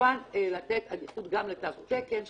כמובן לתת עדיפות לתו תקן,